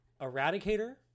Eradicator